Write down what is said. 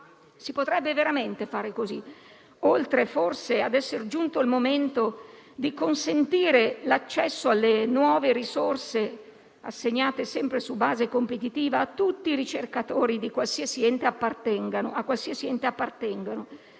Si potrebbe veramente fare così. Inoltre, adesso è forse giunto il momento di consentire l'accesso alle nuove risorse, assegnate sempre su base competitiva, a tutti i ricercatori, a qualsiasi ente appartengano,